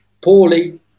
poorly